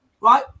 right